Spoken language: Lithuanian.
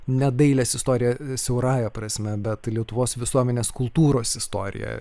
ne dailės istoriją siaurąja prasme bet lietuvos visuomenės kultūros istoriją